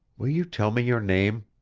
will you tell me your name?